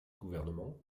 gouvernement